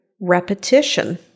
repetition